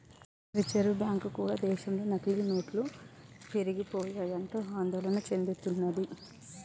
reserve bank కూడా దేశంలో నకిలీ నోట్లు పెరిగిపోయాయంటూ ఆందోళన చెందుతున్నది